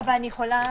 אבל אני יכולה